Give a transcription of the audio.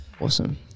Awesome